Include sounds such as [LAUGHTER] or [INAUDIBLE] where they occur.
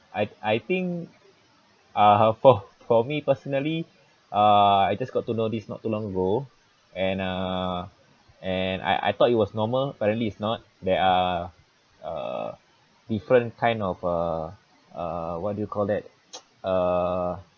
I I think uh ha~ [LAUGHS] for for me personally uh I just got to know this not too long ago and uh and I I thought it was normal apparently it's not that there are uh different kind of uh uh what do you call that [NOISE] uh